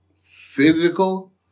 physical